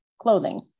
clothing